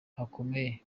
hakomeye